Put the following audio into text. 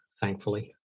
thankfully